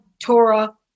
torah